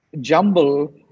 jumble